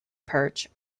perch